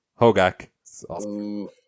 Hogak